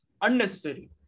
unnecessary